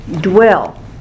Dwell